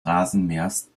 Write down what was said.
rasenmähers